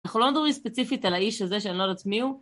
אנחנו לא מדברים ספציפית על האיש הזה, שאני לא יודעת מי הוא.